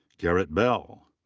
garrett bell.